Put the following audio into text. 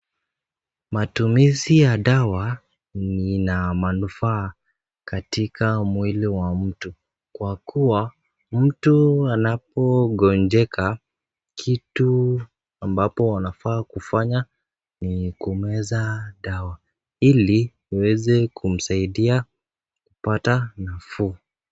Matumizi ya dawa inamanufaa katika mwili wa mtu kwa kuwa mtu anapo ngojeka kitu ambapo wanafaa kufanya nikumeza dawa iliiweze kumsaidia kupata nafuu.